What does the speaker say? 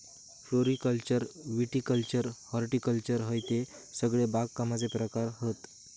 floriculture viticulture horticulture हयते सगळे बागकामाचे प्रकार हत